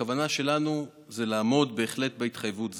והכוונה שלנו זה לעמוד בהחלט בהתחייבות זו.